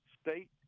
state